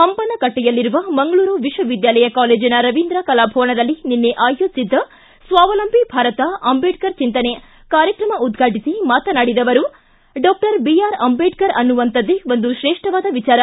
ಹಂಪನಕಟ್ಟೆಯಲ್ಲಿರುವ ಮಂಗಳೂರು ವಿಶ್ವವಿದ್ಯಾಲಯ ಕಾಲೇಜಿನ ರವೀಂದ್ರ ಕಲಾಭವನದಲ್ಲಿ ನಿನ್ನೆ ಆಯೋಜಿಸಿದ್ದ ಸ್ವಾವಲಂಬಿ ಭಾರತ ಅಂಬೇಡ್ಕರ್ ಚಿಂತನೆ ಕಾರ್ಯಕ್ರಮ ಉದ್ಘಾಟಿಸಿ ಮಾತನಾಡಿದ ಅವರು ಡಾಕ್ಟರ್ ಅಂಬೇಡ್ಕರ್ ಅನ್ನುವಂತದ್ದೇ ಒಂದು ತ್ರೇಷ್ಠವಾದ ವಿಚಾರ